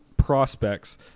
prospects